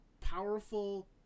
powerful